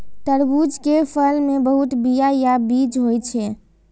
तरबूज के फल मे बहुत बीया या बीज होइ छै